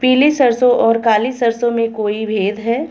पीली सरसों और काली सरसों में कोई भेद है?